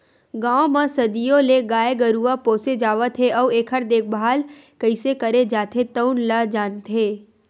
गाँव म सदियों ले गाय गरूवा पोसे जावत हे अउ एखर देखभाल कइसे करे जाथे तउन ल जानथे